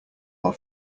our